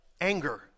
anger